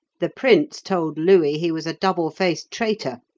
the prince told louis he was a double-faced traitor,